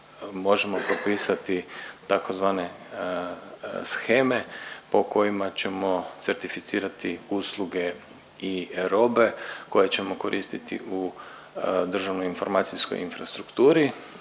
možemo popisati tzv. sheme po kojima ćemo certificirati usluge i usluge koje ćemo koristiti u državnoj informacijskoj infrastrukturi,